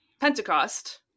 Pentecost